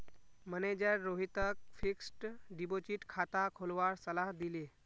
manager रोहितक fixed deposit खाता खोलवार सलाह दिले